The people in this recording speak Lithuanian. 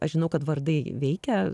aš žinau kad vardai veikia